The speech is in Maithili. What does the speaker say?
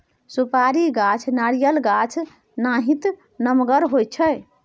सुपारी गाछ नारियल गाछ नाहित नमगर होइ छइ